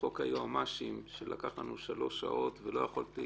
חוק היועמ"שים שלקח לנו שלוש שעות ולא יכולתי